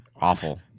Awful